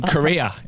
Korea